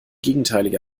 gegenteilige